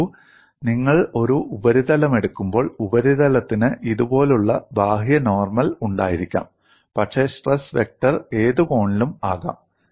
നോക്കൂ നിങ്ങൾ ഒരു ഉപരിതലമെടുക്കുമ്പോൾ ഉപരിതലത്തിന് ഇതുപോലുള്ള ബാഹ്യ നോർമൽ ഉണ്ടായിരിക്കാം പക്ഷേ സ്ട്രെസ് വെക്റ്റർ ഏത് കോണിലും ആകാം